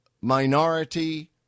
minority